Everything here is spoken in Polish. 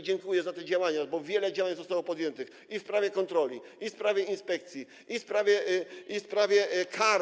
Dziękuję za te działania, bo wiele działań zostało podjętych w sprawie kontroli, w sprawie inspekcji i w sprawie kar.